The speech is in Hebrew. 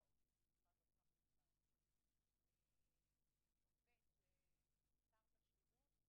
החוק מאפשר לה את זה כמובן שאם הוא עבד בשרות מעל שלוש שנים.